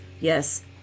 yes